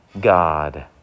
God